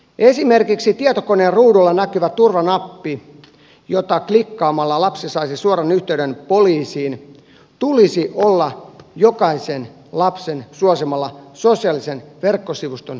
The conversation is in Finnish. esimerkiksi tietokoneen ruudulla näkyvä turvanappi jota klikkaamalla lapsi saisi suoran yhteyden poliisiin tulisi olla jokaisen lapsen suosimalla sosiaalisen verkkosivuston sivulla